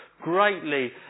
greatly